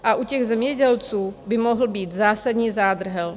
A u těch zemědělců by mohl být zásadní zádrhel.